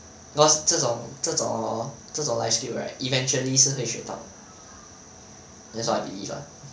cause 这种这种这种 life skill right eventually 是会学到 that's what I believe lah